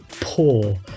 poor